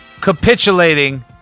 capitulating